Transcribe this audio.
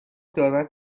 دارد